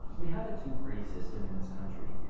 we have a two party system in this country,